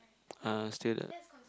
uh still the